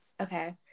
Okay